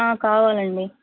ఆ కావాలండి